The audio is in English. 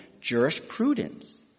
jurisprudence